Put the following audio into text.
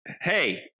Hey